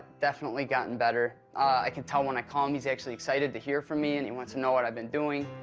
definitely gotten better. ah, i can tell when i call him, he's actually excited to hear from me, and he wants to know what i've been doing,